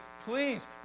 please